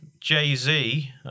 Jay-Z